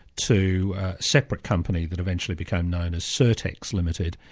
to a separate company that eventually became known as certex limited.